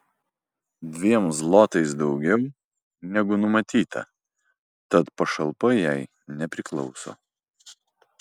dviem zlotais daugiau negu numatyta tad pašalpa jai nepriklauso